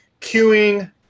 queuing